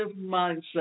mindset